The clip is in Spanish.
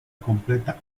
completa